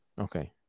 Okay